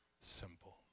simple